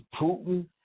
Putin –